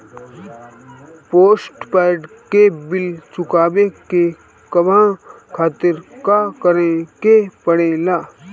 Postpaid के bill चुकावे के कहवा खातिर का करे के पड़ें ला?